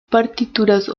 partituras